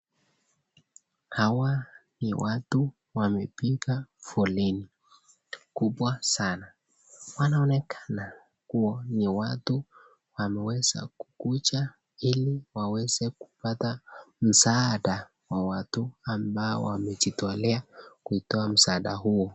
Hawa ni watu wamepiga foleni kubwa sana, wanaonekana kuwa ni watu wameweza kukuja ili waweze kupata msaada wa watu ambao wamejitolea kutoa msaada huo.